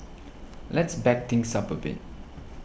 let's back things up a bit